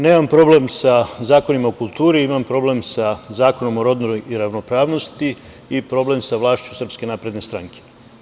Nemam problem sa zakonima o kulturi, imam problem sa Zakonom o rodnoj ravnopravnosti i problem sa vlašću Srpske napredne stranke.